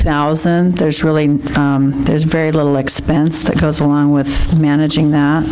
thousand there's really there's very little expense that goes along with managing th